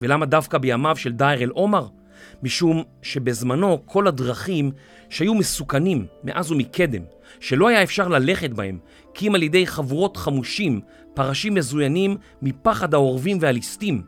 ולמה דווקא בימיו של דייר אל עומר? משום שבזמנו כל הדרכים שהיו מסוכנים מאז ומקדם, שלא היה אפשר ללכת בהם, קים על ידי חברות חמושים, פרשים מזוינים מפחד האורבים והליסטים.